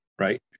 right